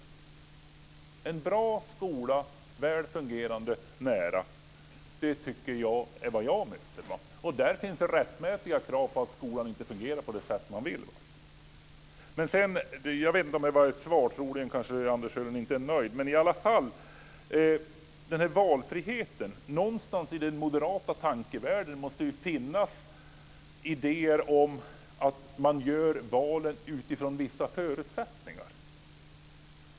Krav på en bra skola som är väl fungerande och nära är vad jag möter. Det är rättmätiga krav, eftersom skolan inte fungerar på det sätt man vill. Jag vet inte om det var ett svar på frågan. Troligen är Anders Sjölund inte nöjd med svaret. Jag vill kommentera valfriheten. Någonstans i den moderata tankevärlden måste det finnas idéer om att människor gör valen utifrån vissa förutsättningar.